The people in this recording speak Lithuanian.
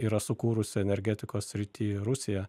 yra sukūrusi energetikos srity rusija